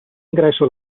ingresso